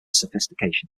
sophistication